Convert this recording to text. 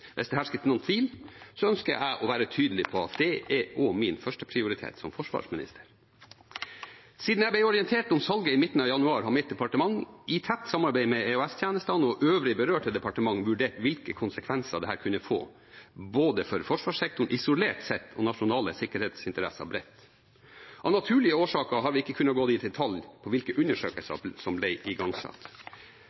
Hvis det hersket noen tvil, ønsker jeg å være tydelig på at det er også min første prioritet som forsvarsminister. Siden jeg ble orientert om salget i midten av januar, har mitt departement – i tett samarbeid med EOS-tjenestene og øvrige berørte departementer – vurdert hvilke konsekvenser dette kunne få, både for forsvarssektoren isolert sett og for nasjonale sikkerhetsinteresser bredt. Av naturlige årsaker har vi ikke kunnet gå i detalj på hvilke